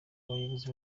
abayobozi